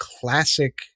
classic